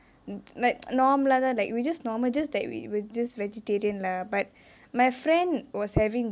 like normal லா தா:laa thaa like we just normal just that we were just vegetarian lah but my friend was having